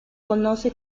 conoce